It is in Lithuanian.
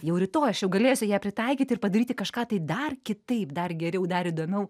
jau rytoj aš jau galėsiu ją pritaikyti ir padaryti kažką tai dar kitaip dar geriau dar įdomiau